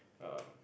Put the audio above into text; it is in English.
um